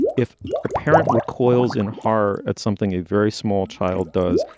if a parent recoils in horror at something a very small child does,